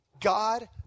God